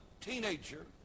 teenager